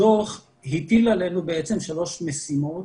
הדוח הטיל עלינו שלוש משימות.